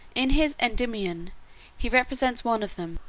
in his endymion he represents one of them,